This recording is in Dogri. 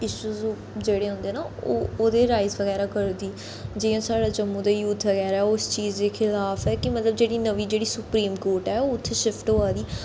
इशुस जेह्ड़े होंदे न ओह् ओह्दे राईस बगैरा करदी जियां साढ़े जम्मू दे यूथ बगैरा ओह् इस चीज गी खिलाफ ऐ कि मतलब जेह्ड़ी नमीं जेह्डी सुप्रीम कोर्ट ऐ ओह् उत्थें शिफ्ट होआ दी